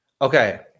Okay